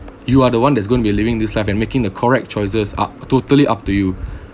you are the one that's going to be living this life and making the correct choices are totally up to you